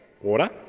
Water